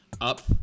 up